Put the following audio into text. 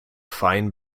fein